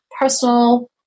personal